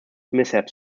mishaps